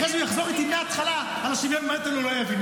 אחרי זה הוא יחזור איתי מהתחלה על השוויון בנטל והוא לא יבין,